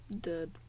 Dead